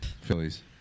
Phillies